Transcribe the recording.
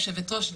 היושבת-ראש,